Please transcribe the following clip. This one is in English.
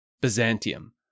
Byzantium